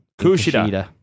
Kushida